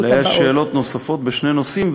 אבל היו שאלות נוספות בשני נושאים,